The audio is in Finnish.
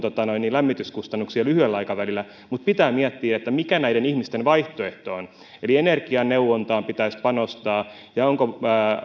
lämmityskustannuksia lyhyellä aikavälillä mutta pitää miettiä mikä näiden ihmisten vaihtoehto on eli energianeuvontaan pitäisi panostaa ja onko